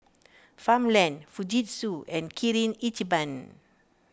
Farmland Fujitsu and Kirin Ichiban